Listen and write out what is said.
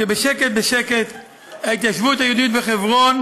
שבשקט בשקט ההתיישבות היהודית בחברון